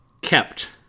kept